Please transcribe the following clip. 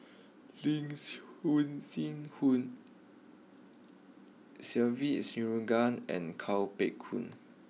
Lin Se Ve Shanmugam and Kuo Pao Kun